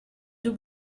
deux